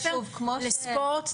כמו ספורט,